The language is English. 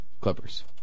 Clippers